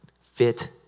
Fit